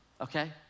Okay